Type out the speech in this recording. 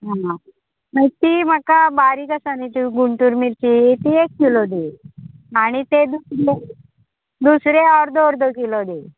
आं ती म्हाका बारीक आसा न्ही तूं गुंटूर मिर्ची ती एक किलो दी आनी ते दु किलो दुसरे अर्द अर्द किलो दी